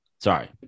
Sorry